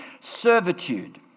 Servitude